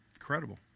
Incredible